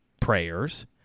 prayers